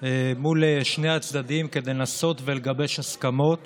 מול שני הצדדים כדי לנסות ולגבש הסכמות